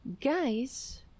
guys